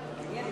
33, נגד,